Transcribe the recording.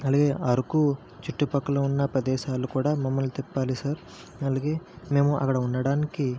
అలగే అరుకు చుట్టుపక్కల ఉన్న ప్రదేశాలు కూడా మమ్మల్ని తిప్పాలి సార్ అలాగే మేము అక్కడ ఉండడానికి